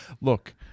look